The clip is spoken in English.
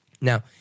Now